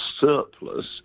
surplus